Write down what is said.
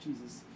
Jesus